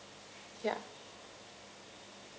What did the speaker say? ya